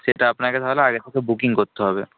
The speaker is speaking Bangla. সেটা আপনাকে তাহলে আগে থেকে বুকিং করতে হবে